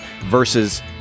versus